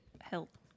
help